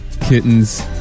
kittens